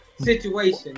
Situation